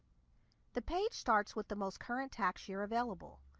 the page starts with the most current tax year available.